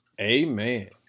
Amen